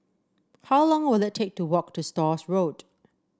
how long will it take to walk to Stores Road